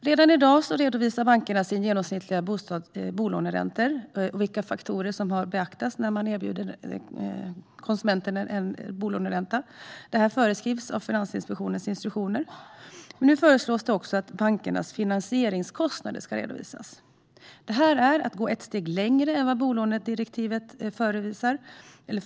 Redan i dag redovisar bankerna sina genomsnittliga bolåneräntor och vilka faktorer som beaktas när man erbjuder konsumenten en bolåneränta, vilket föreskrivs i Finansinspektionens instruktioner. Nu föreslås också att bankernas finansieringskostnader ska redovisas. Detta är att gå ett steg längre än vad bolånedirektivet föreskriver.